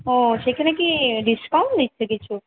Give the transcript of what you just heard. ও সেখানে কি ডিসকাউন্ট দিচ্ছে কিছু